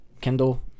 Kendall